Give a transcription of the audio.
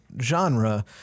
genre